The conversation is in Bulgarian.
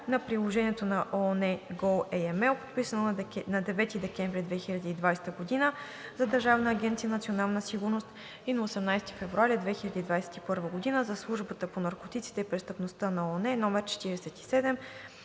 на приложението на ООН goAML, подписано на 9 декември 2020 г. за Държавна агенция „Национална сигурност“ и на 18 февруари 2021 г. за Службата по наркотиците и престъпността на ООН, №